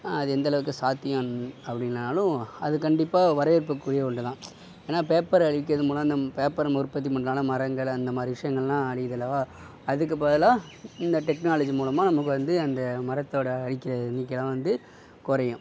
அது எந்த அளவுக்கு சாத்தியம் அப்படினாலும் அது கண்டிப்பாக வரவேற்புக்குறிய ஒன்றுதான் ஏன்னா பேப்பரை அழிக்கிறது மூலம் அந்த பேப்பரை உற்பத்தி பண்ணுறாங்கள மரங்கள் அந்தமாதிரி விஷயங்கள்லாம் அழியுதல்லவா அதுக்கு பதிலாக இந்த டெக்னாலஜி மூலமாக நமக்கு வந்து அந்த மரத்தோட அழிக்கிற எண்ணிக்கையெலாம் வந்து குறையும்